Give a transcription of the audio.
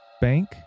bank